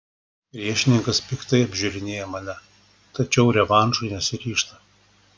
priešininkas piktai apžiūrinėja mane tačiau revanšui nesiryžta